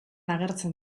agertzen